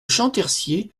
champtercier